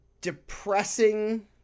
depressing